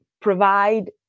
provide